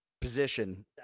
position